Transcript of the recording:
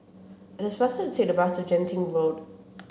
it is faster to take the bus to Genting Road